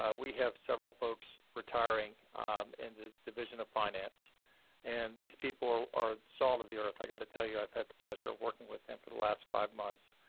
ah we have several folks retiring in the division of finance and these people are salt of the earth. i got to tell you, i've had the pleasure of working with them for the last five months,